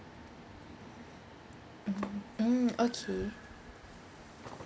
mm mm okay